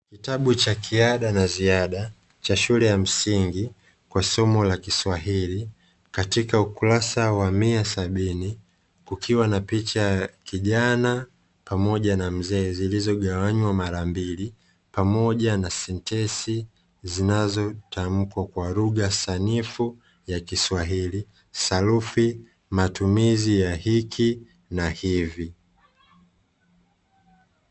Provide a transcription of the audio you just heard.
Kitabu cha kiada na ziada cha shule ya msingi kwa somo la kiswahili katika ukurasa wa mia sabini, kukiwa na picha ya kijana pamoja na mzee zilizogawanywa mara mbili pamoja na sentensi zinazotamkwa kwa lugha sanifu ya kiswahili sarufi matumizi ya hiki na hivi.